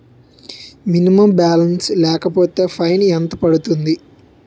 Minimum balance లేకపోతే fine ఎంత పడుతుంది?